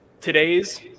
today's